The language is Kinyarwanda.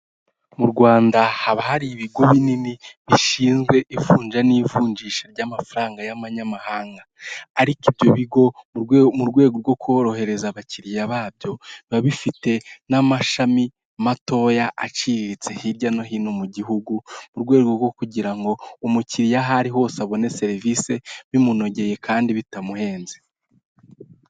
Mu Rwanda haba hari ibigo binini bishinzwe ivunja n'ivunjisha ry'amafaranga y'amanyamanyamahanga ariko ibyo bigo mu rwego rwo korohereza abakiriya babyo biba bifite n'amashami matoya aciriritse hirya no hino mu gihugu mu rwego rwo kugira ngo umukiriya aho ari hose abone serivisi bimunogeye kandi bitamuhenze.